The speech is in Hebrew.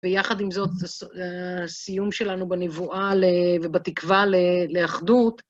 ויחד עם זאת, סיום שלנו בנבואה ובתקווה לאחדות.